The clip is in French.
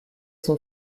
son